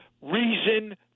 reason